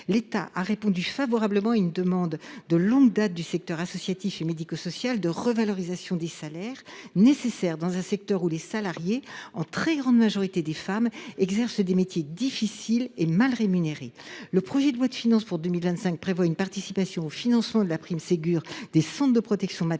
l’État a répondu favorablement à une demande, formulée de longue date par le secteur associatif et médico social, de revalorisation des salaires. Cette mesure était nécessaire dans un secteur où les salariés, en très grande majorité des femmes, exercent des métiers difficiles et mal rémunérés. Le projet de loi de finances pour 2025 prévoit une participation de l’État au financement de la prime Ségur versée par les centres de protection maternelle